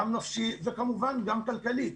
גם נפשית וכמובן גם כלכלית.